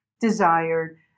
desired